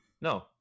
No